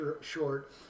short